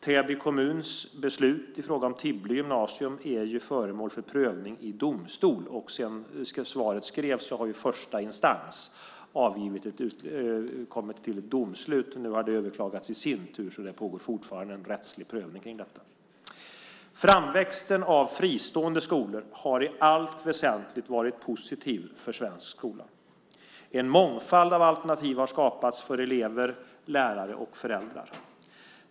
Täby kommuns beslut i fråga om Tibble gymnasium är föremål för prövning i domstol. Sedan svaret skrevs har första instans kommit till ett domslut. Nu har det i sin tur överklagats. Så det pågår fortfarande en rättslig prövning kring detta. Framväxten av fristående skolor har i allt väsentligt varit positiv för svensk skola. En mångfald av alternativ har skapats för elever, lärare och föräldrar.